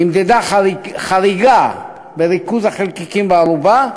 נמדדה חריגה בריכוז החלקיקים בארובה.